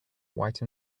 white